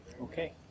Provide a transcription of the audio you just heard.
Okay